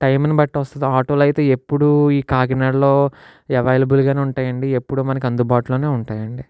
టైంను బట్టి వస్తుంది ఆటోలు అయితే ఎప్పుడూ ఈ కాకినాడలో అవైలబుల్గానే ఉంటాయి అండి ఎప్పుడూ మనకి అందుబాటులోనే ఉంటాయి అండి